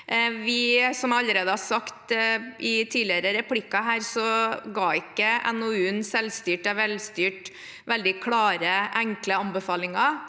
jeg allerede har sagt i tidligere replikker, ga ikke NOU-en Selvstyrt er velstyrt veldig klare, enkle anbefalinger,